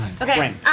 Okay